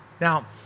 Now